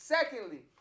Secondly